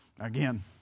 Again